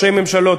ראשי ממשלות.